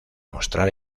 mostrar